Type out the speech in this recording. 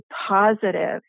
positive